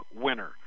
winner